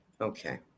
Okay